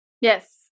Yes